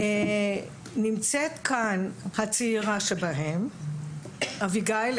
נמצאת כאן הצעירה שבהם, אביגיל.